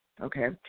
okay